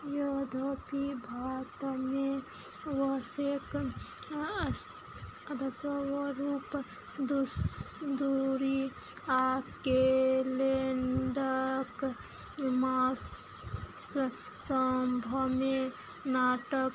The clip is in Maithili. यद्यपि भारतमे दूरी आओर कैलेण्डक मास सभमे नाटक